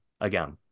again